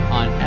on